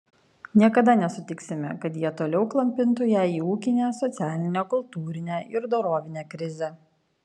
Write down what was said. niekada nesutiksime kad jie toliau klampintų ją į ūkinę socialinę kultūrinę ir dorovinę krizę